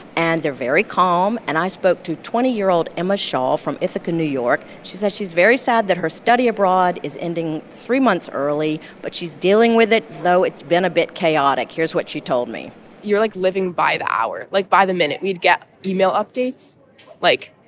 and they're very calm. and i spoke to twenty year old emma shaw from ithaca, n y. she says she's very sad that her study abroad is ending three months early, but she's dealing with it though it's been a bit chaotic. here's what she told me you're, like, living by the hour like, by the minute. we'd get email updates like,